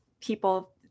people